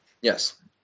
Yes